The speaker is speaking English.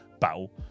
battle